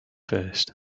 first